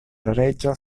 reĝa